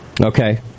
Okay